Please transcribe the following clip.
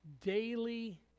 daily